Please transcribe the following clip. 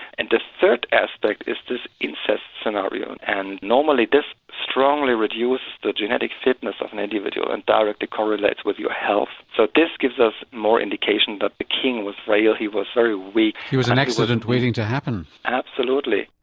and the third aspect is the incest scenario, and normally this strongly reduces the genetic fitness of an individual and directly correlates with your health. so this gives us more indication that the king was frail, he was very weak. he was an accident waiting to happen. absolutely.